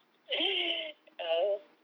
ugh